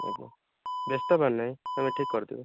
ଆଜ୍ଞା ବ୍ୟସ୍ତ ହେବାର ନାହିଁ ଆମେ ଠିକ୍ କରିଦେବେ